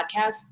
podcast